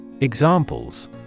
Examples